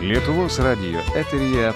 lietuvos radijo eteryje